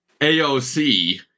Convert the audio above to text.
AOC